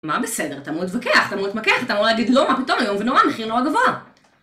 מה בסדר? אתה אמור להתווכח, אתה אמור להתמקח, אתה אמור להגיד מה פתאום, היום ונורא, מחיר נורא גבוה.